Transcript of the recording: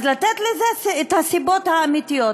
אז צריך לתת לזה את הסיבות האמיתיות.